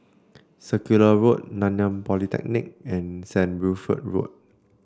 Circular Road Nanyang Polytechnic and St Wilfred Road